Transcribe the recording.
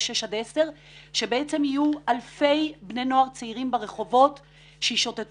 שש עד עשר ובעצם יהיו אלפי בני נוער צעירים ברחובות שישוטטו,